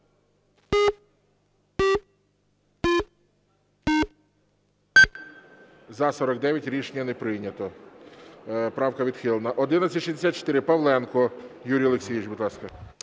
За-41 Рішення не прийнято.